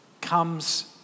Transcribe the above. comes